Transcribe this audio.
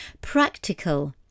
Practical